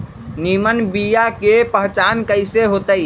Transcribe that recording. निमन बीया के पहचान कईसे होतई?